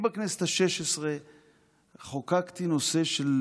אני בכנסת השש-עשרה חוקקתי את הנושא של